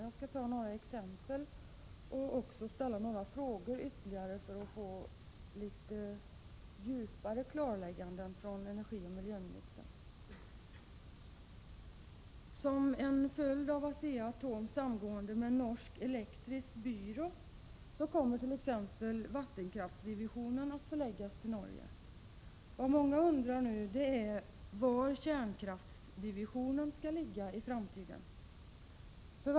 Jag skall anföra några exempel och ställa några ytterligare frågor, så att jag kan få något djupare klarlägganden från miljöoch energiministern. Som en följd av ASEA-ATOM:s samgående med Norsk Elektrisk Byrå kommer t.ex. vattenkraftsdivisionen att förläggas till Norge. Många undrar nu var kärnkraftsdivisionen i framtiden kommer att ligga.